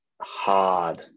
hard